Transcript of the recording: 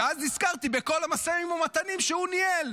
ואז נזכרתי בכל המשאים ומתנים שהוא ניהל,